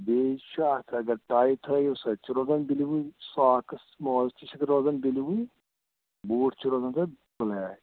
بیٚیہِ چھُ اَتھ اگر ٹاے تھٲوِو سۄ تہِ چھِ روزان بُِلیوٕے ساکٕس موزٕ تہِ چھِ روزان بُِلیوٕے بوٗٹھ چھِ روزان تَتھ بٕلیک